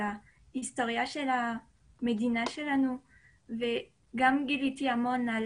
על ההיסטוריה של המדינה שלנו וגם גיליתי המון על